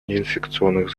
неинфекционных